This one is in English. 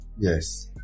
Yes